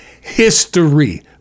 history